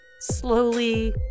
slowly